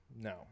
No